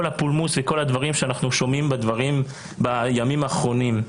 הפולמוס וכל הדברים שאנחנו שומעים בימים האחרונים,